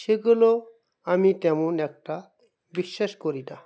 সেগুলো আমি তেমন একটা বিশ্বাস করি না